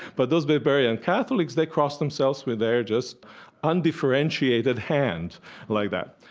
but those barbarian catholics, they cross themselves with their just undifferentiated hand like that.